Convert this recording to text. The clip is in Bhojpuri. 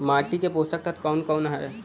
माटी क पोषक तत्व कवन कवन ह?